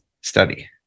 study